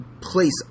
place